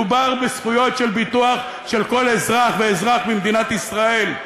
מדובר בזכויות של ביטוח של כל אזרח ואזרח במדינת ישראל.